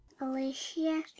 Alicia